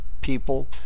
people